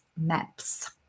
maps